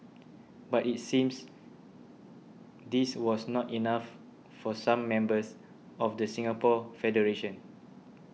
but it seems this was not enough for some members of the Singapore federation